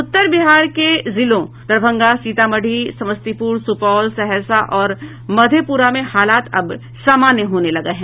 उत्तर बिहार के जिलों दरभंगा सीतामढ़ी समस्तीपूर सूपौल सहरसा और मधेपूरा में हालात अब सामान्य होने लगे हैं